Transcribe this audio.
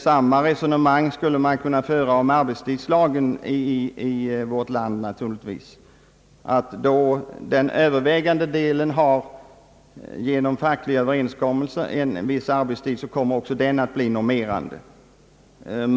Samma resonemang skulle kunna föras om arbetstidslagen i vårt land, nämligen att eftersom den övervägande delen genom fackliga Överenskommelser har fått fastställt en viss arbetstid, kommer detta också att bli normerande för övriga arbetstagare.